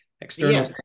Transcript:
external